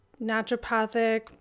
naturopathic